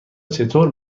چطور